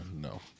no